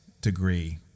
degree